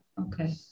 okay